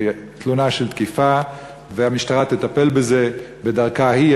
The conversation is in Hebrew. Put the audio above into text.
תלונה של תקיפה והמשטרה תטפל בזה בדרכה היא,